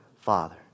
father